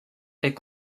est